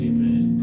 Amen